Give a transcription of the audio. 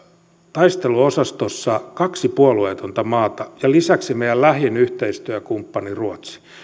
taisteluosastossa kaksi puolueetonta maata ja lisäksi meidän lähin yhteistyökumppanimme ruotsi